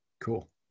Cool